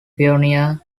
pioneer